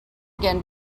again